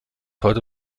heute